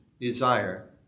desire